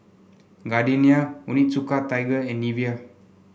Gardenia Onitsuka Tiger and Nivea